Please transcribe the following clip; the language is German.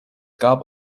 gab